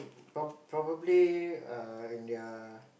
pro~ probably err in their